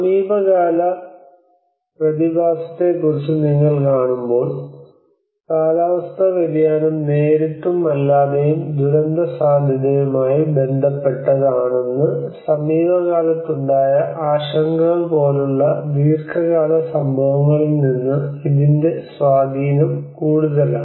സമീപകാല പ്രതിഭാസത്തെക്കുറിച്ച് നിങ്ങൾ കാണുമ്പോൾ കാലാവസ്ഥാ വ്യതിയാനം നേരിട്ടും അല്ലാതെയും ദുരന്തസാധ്യതയുമായി ബന്ധപ്പെട്ടതാണെന്ന് സമീപകാലത്തുണ്ടായ ആശങ്കകൾ പോലുള്ള ദീർഘകാല സംഭവങ്ങളിൽ നിന്ന് ഇതിന്റെ സ്വാധീനം കൂടുതലാണ്